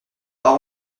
pas